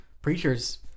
preachers